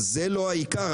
זה לא העיקר,